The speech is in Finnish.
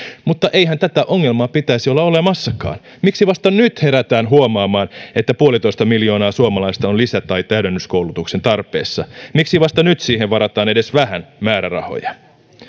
mutta eihän tätä ongelmaa pitäisi olla olemassakaan miksi vasta nyt herätään huomaamaan että puolitoista miljoonaa suomalaista on lisä tai täydennyskoulutuksen tarpeessa miksi vasta nyt siihen varataan edes vähän määrärahoja